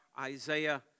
Isaiah